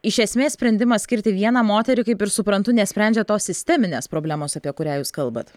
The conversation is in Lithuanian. iš esmės sprendimas skirti vieną moterį kaip ir suprantu nesprendžia tos sisteminės problemos apie kurią jūs kalbat